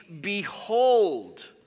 behold